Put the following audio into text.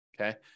okay